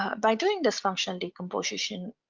by doing this functional decomposition.